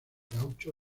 gaucho